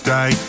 Day